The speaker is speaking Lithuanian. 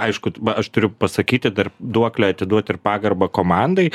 aišku t va aš turiu pasakyti dar duoklę atiduot ir pagarbą komandai